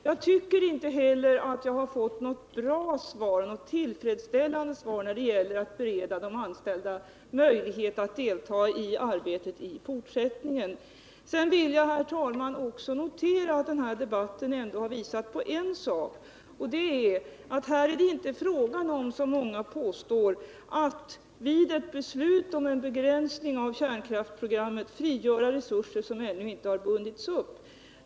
Jag tycker inte att jag har fått något tillfredsställande svar på frågan om de anställdas möjligheter att delta i beredningsarbetet i fortsättningen. Jag vill ändå, herr talman, notera att denna debatt visat en sak, nämligen att det inte som många påstår är fråga om att vid ett beslut om en begränsning av kärnkraftsprogrammet frigöra resurser som ännu inte har bundits upp.